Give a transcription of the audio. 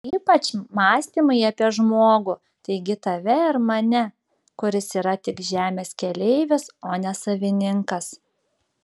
ypač mąstymai apie žmogų taigi tave ir mane kuris yra tik žemės keleivis o ne savininkas